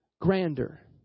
grander